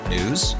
News